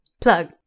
Plug